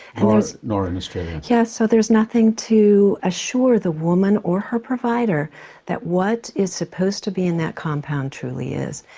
and nor in australia. yeah so there's nothing to assure the woman or her provider that what is supposed to be in that compound truly is.